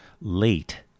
late